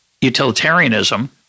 utilitarianism